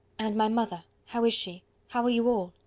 and my mother how is she? how are you all?